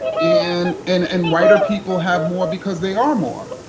and and and whiter people have more, because they are more.